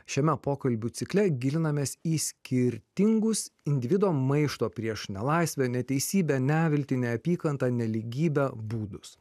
šiame pokalbių cikle gilinamės į skirtingus individo maišto prieš nelaisvę neteisybę neviltį neapykantą nelygybę būdus